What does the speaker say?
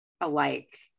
alike